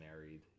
married